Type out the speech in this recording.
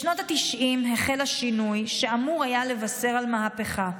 בשנות התשעים החל השינוי שאמור היה לבשר על מהפכה: